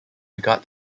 regard